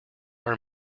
our